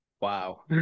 Wow